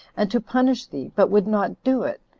and to punish thee, but would not do it?